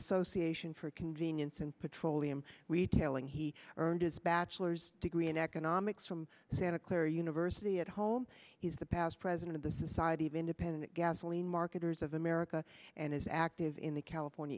association for convenience and petroleum retailing he earned his bachelor's degree in economics from santa clara university at home he is the past president of the society of independent gasoline marketers of america and is active in the california